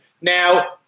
Now